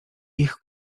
ich